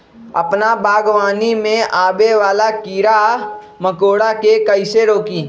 अपना बागवानी में आबे वाला किरा मकोरा के कईसे रोकी?